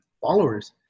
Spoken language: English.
followers